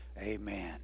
Amen